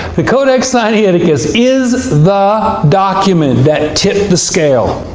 the codex sinaiticus is the document that tipped the scale.